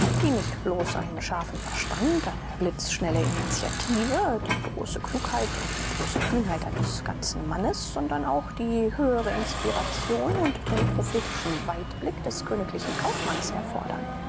die nicht bloß einen scharfen verstand eine blitzschnelle initiative die große klugheit und die große kühnheit eines ganzen mannes sondern auch die höhere inspiration und den prophetischen weitblick des königlichen kaufmanns erfordern